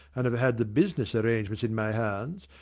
and have had the business arrangements in my hands,